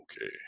okay